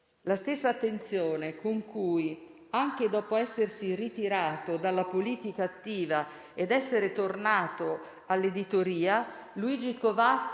La stessa attenzione con cui, anche dopo essersi ritirato dalla politica attiva ed essere tornato all'editoria, Luigi Covatta